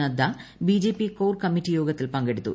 Nadda BJP core committee യോഗത്തിൽ പങ്കെടുത്തു